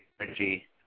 energy